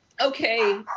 okay